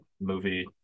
movie